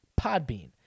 Podbean